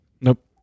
nope